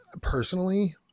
Personally